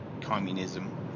communism